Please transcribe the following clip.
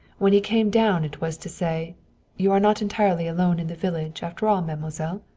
when he came down it was to say you are not entirely alone in the village, after all, mademoiselle.